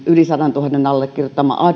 yli sadantuhannen allekirjoittama